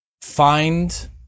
find